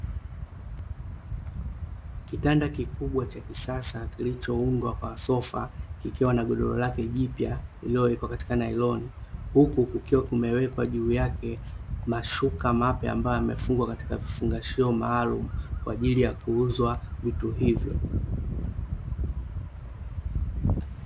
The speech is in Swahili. Kitanda kikubwa cha kisasa, kilichoundwa kwa sofa kikiwa na godoro lake jipya lililowekwa katika nailoni, huku kukiwa kumewekwa juu yake mashuka mapya ambayo yamefungwa katika vifungashio maalumu kwa ajili ya kuuzwa vitu hivyo.